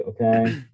okay